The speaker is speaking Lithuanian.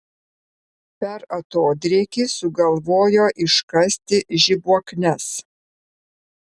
per atodrėkį sugalvojo iškasti žibuokles